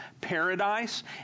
Paradise